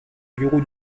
bureau